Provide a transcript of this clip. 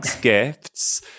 gifts